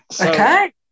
Okay